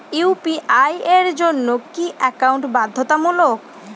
UPI এর জন্য কি একাউন্ট বাধ্যতামূলক?